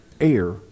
air